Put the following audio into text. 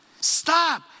stop